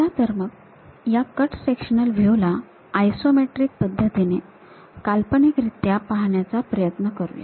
चला तर मग या कट सेक्शनल व्ह्यू ला आयसोमेट्रिक पद्धतीने काल्पनिक रित्या पाहण्याचा प्रयत्न करूया